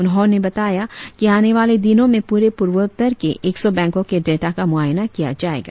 उन्होंने बताया कि आनेवाले दिनों में पूरे पूर्वोत्तर के एक सौ बैंको के डाटा का मुआयना किया जाएगा